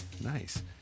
Nice